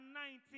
19